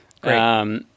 great